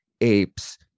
apes